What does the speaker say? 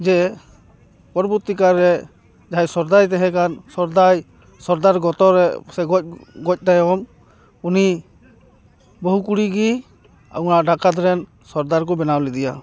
ᱡᱮ ᱯᱚᱨᱚᱵᱚᱨᱛᱤ ᱠᱟᱞᱨᱮ ᱡᱟᱦᱟᱸᱭ ᱥᱚᱨᱫᱟᱭ ᱛᱟᱦᱮᱸ ᱠᱟᱱ ᱥᱚᱨᱫᱟᱭ ᱥᱚᱨᱫᱟᱨ ᱜᱚᱛᱚ ᱨᱮ ᱥᱮ ᱜᱚᱡ ᱜᱚᱡ ᱛᱟᱭᱚᱢ ᱩᱱᱤ ᱵᱟᱹᱦᱩ ᱠᱩᱲᱤᱜᱮ ᱚᱱᱟ ᱰᱟᱠᱟᱛ ᱨᱮᱱ ᱥᱚᱨᱫᱟᱨ ᱠᱚ ᱵᱮᱱᱟᱣ ᱞᱮᱫᱮᱭᱟ